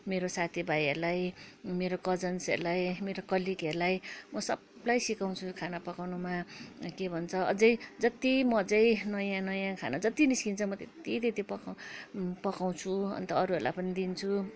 मेरो साथी भाइहरूलाई मेरो कजन्सहरूलाई मेरो कलिकहरूलाई म सबलाई सिकाउँछु खाना पकाउँनुमा के भन्छ अझै जति म चाहिँ नयाँ नयाँ खाना जति निस्किन्छ म त्यति त्यति पका पकाउँछु अन्त अरूहरूलाई पनि दिन्छु